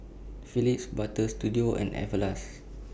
Phillips Butter Studio and Everlast